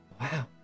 Wow